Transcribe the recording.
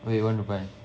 what you want to buy